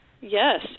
Yes